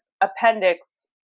appendix